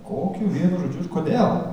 kokiu vienu žodžiu ir kodėl